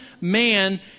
man